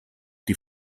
die